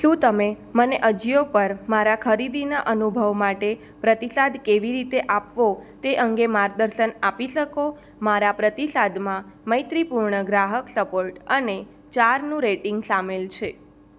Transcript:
શું તમે મને અજિયો પર મારા ખરીદીના અનુભવ માટે પ્રતિસાદ કેવી રીતે આપવો તે અંગે માર્ગદર્શન આપી શકો મારા પ્રતિસાદમાં મૈત્રીપૂર્ણ ગ્રાહક સપોર્ટ અને ચારનું રેટિંગ સામેલ છે